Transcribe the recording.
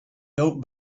built